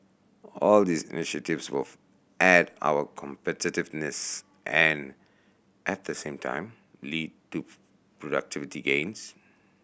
all these initiatives will add to our competitiveness and at the same time lead to productivity gains